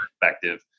perspective